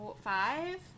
five